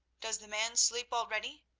does the man sleep already?